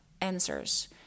answers